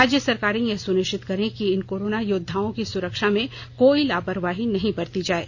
राज्य सरकारें यह सुनिष्चित करें कि इन कोरोना योद्वाओं की सुरक्षा में कोई लापरवाही नहीं बरती जाये